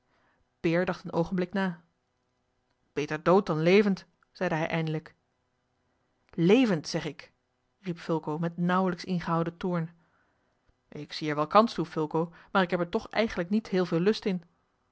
een oogenblik na beter dood dan levend zeide hij eindelijk levend zeg ik riep fulco met nauwelijks ingehouden toorn ik zie er wel kans toe fulco maar ik heb er toch eigenlijk niet heel veel lust in